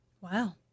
Wow